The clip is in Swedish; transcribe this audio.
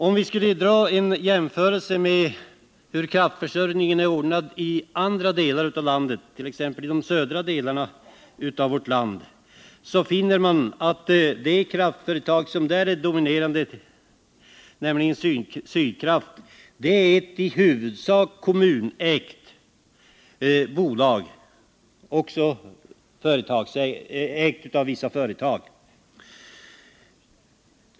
Om vi gör en jämförelse med kraftförsörjningen i de södra delarna av vårt land, finner vi att det där dominerande kraftföretaget, nämligen Sydkraft, i huvudsak är kommunägt. Till ägarna hör även vissa företag.